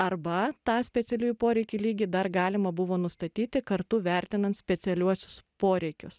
arba tą specialiųjų poreikių lygį dar galima buvo nustatyti kartu vertinant specialiuosius poreikius